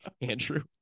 Andrew